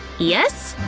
yes?